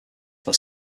that